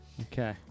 Okay